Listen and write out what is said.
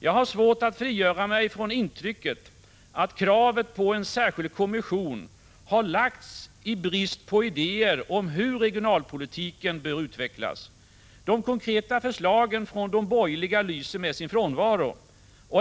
Jag har svårt att frigöra mig från intrycket att kravet på en särskild kommission har lagts fram i brist på idéer om hur regionalpolitiken bör utvecklas. De konkreta förslagen från de borgerliga lyser med sin frånvaro.